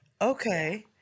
Okay